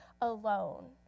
alone